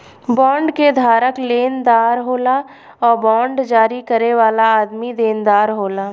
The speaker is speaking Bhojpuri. बॉन्ड के धारक लेनदार होला आ बांड जारी करे वाला आदमी देनदार होला